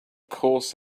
course